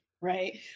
right